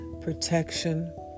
protection